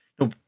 no